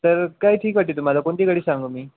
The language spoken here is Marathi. तर काय ठीक वाटते तुम्हाला कोणती गाडी सांगू मी